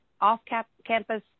off-campus